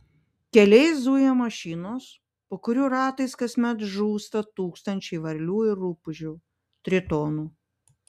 keliais zuja mašinos po kurių ratais kasmet žūsta tūkstančiai varlių ir rupūžių tritonų